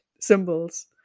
symbols